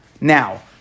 Now